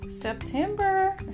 September